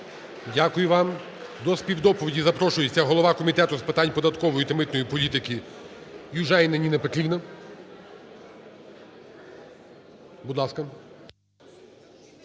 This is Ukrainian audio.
Дякую вам. До співдоповіді запрошується голова Комітету з питань податкової та митної політики Южаніна Ніна Петрівна, будь ласка.